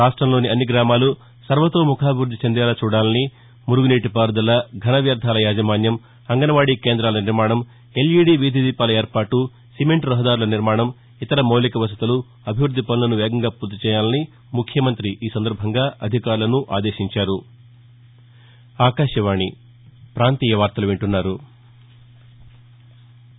రాష్టంలోని అన్ని గ్రామాలూ సర్వోతోముఖాభివృద్ది చెందేలా చూడాలని మురుగునీటిపారుదల ఘన వ్యర్థాల యాజమాన్యం అంగన్వాడీ కేంద్రాల నిర్మాణం ఎల్ఈడీ వీధి దీపాల ఏర్పాటు సిమెంట్ రహదారుల నిర్మాణం ఇతర మౌలిక వసతులు అభివృద్ది పనులను వేగంగా పూర్తి చేయాలని ముఖ్యమంత్రి ఈ సందర్భంగా అధికారులను ఆదేశించారు